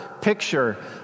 picture